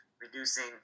Reducing